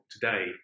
today